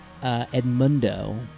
Edmundo